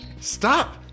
Stop